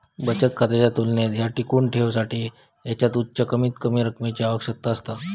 बचत खात्याच्या तुलनेत ह्या टिकवुन ठेवसाठी ह्याच्यात उच्च कमीतकमी रकमेची आवश्यकता असता